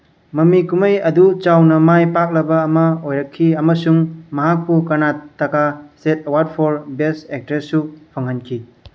ꯃꯃꯤ ꯀꯨꯝꯍꯩ ꯑꯗꯨ ꯆꯥꯎꯅ ꯃꯥꯏ ꯄꯥꯛꯂꯕ ꯑꯃ ꯑꯣꯏꯔꯛꯈꯤ ꯑꯃꯁꯨꯡ ꯃꯍꯥꯛꯄꯨ Karnataka state award for best ꯑꯦꯛꯇ꯭ꯔꯦꯁꯁꯨ ꯐꯪꯍꯟꯈꯤ